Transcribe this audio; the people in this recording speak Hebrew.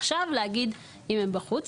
עכשיו להגיד אם הם בחוץ.